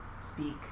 speak